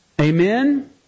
Amen